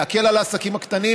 להקל על העסקים הקטנים